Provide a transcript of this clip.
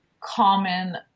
common